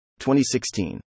2016